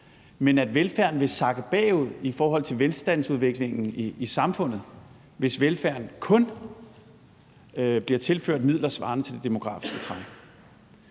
og at velfærden vil sakke bagud i forhold til velstandsudviklingen i samfundet, hvis velfærden kun bliver tilført midler svarende til det demografiske træk.